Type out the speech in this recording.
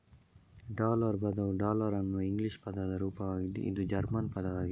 dollar ಪದವು thaler ಅನ್ನುವ English ಪದದ ರೂಪವಾಗಿದ್ದು ಇದು ಜರ್ಮನ್ ಪದವಾಗಿದೆ